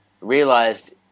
realized